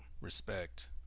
respect